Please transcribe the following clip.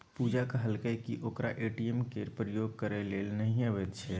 पुजा कहलकै कि ओकरा ए.टी.एम केर प्रयोग करय लेल नहि अबैत छै